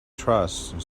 trust